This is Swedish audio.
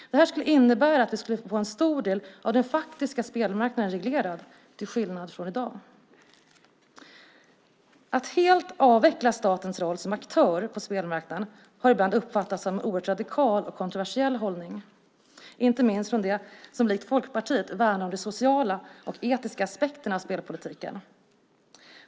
Detta skulle innebära att vi skulle få en stor del av den faktiska spelmarknaden reglerad till skillnad från hur det är i dag. Att helt avveckla statens roll som aktör på spelmarknaden har ibland uppfattats som en oerhört radikal och kontroversiell hållning, inte minst från dem som likt Folkpartiet värnar om de sociala och etiska aspekterna av spelpolitiken.